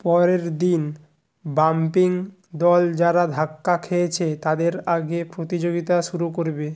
পরের দিন বাম্পিং দল যারা ধাক্কা খেয়েছে তাদের আগে প্রতিযোগিতা শুরু করবে